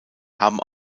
haben